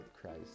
Christ